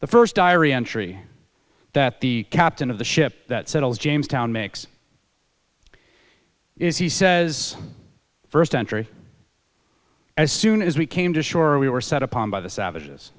the first diary entry that the captain of the ship that settles jamestown makes is he says first entry as soon as we came to shore we were set upon by the savages